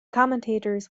commentators